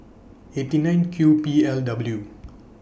eight nine Q P L W